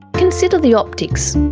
consider the optics.